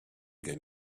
gen